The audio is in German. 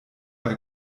bei